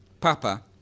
Papa